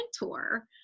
mentor